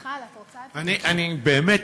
באמת,